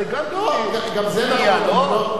זה גם בנייה, לא?